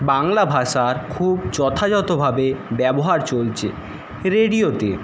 বাংলাভাষার খুব যথাযথভাবে ব্যবহার চলছে রেডিওতে